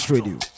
Radio